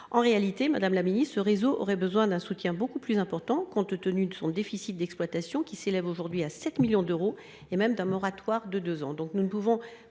En réalité, ce réseau aurait besoin d’un soutien beaucoup plus important, compte tenu de son déficit d’exploitation, qui s’élève aujourd’hui à 7 millions d’euros, et même d’un moratoire sur sa